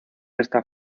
esta